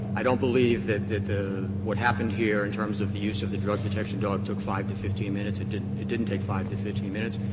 i don't believe that that what happened here in terms of the use of the drug detection dog took five to fifteen minutes. it didn't it didn't take five to fifteen minutes.